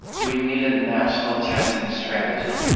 we need a national testing strategy.